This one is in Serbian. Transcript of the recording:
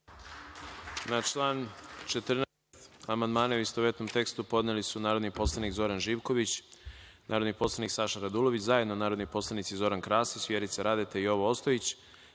Na član 14. amandmane, u istovetnom tekstu, podneli su narodni poslanik Zoran Živković, narodni poslanik Saša Radulović, zajedno narodni poslanici Zoran Krasić, Vjerica Radeta i Jovo Ostojić,